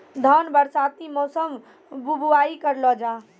धान बरसाती मौसम बुवाई करलो जा?